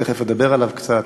תכף נדבר עליו קצת.